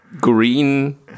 green